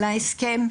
להסכם.